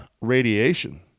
radiation